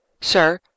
Sir